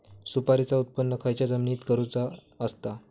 सुपारीचा उत्त्पन खयच्या जमिनीत करूचा असता?